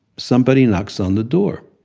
somebody knocks on the door.